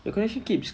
your connection keeps